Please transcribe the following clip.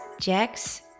Jax